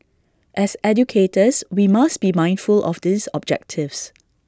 as educators we must be mindful of these objectives